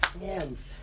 hands